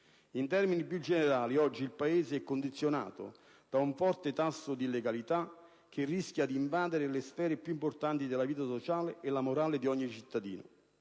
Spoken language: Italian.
In termini più generali oggi il Paese è condizionato da un forte tasso di illegalità che rischia di invadere le sfere più importanti della vita sociale e la morale di ogni cittadino;